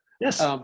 Yes